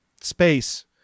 space